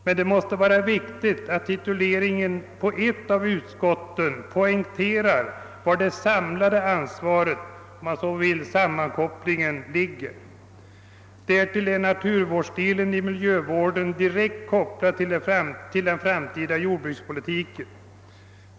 Men det måste vara viktigt att i tituleringen av ett utskott poängtera var det samlade ansvaret/sammankopplingen ligger. Därtill kommer att naturvårdsdelen i miljövården är direkt kopplad till den framtida jordbrukspolitiken.